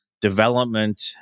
development